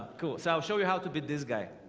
cool so i'll show you how to beat this guy.